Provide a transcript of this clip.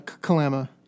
Kalama